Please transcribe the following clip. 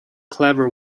clever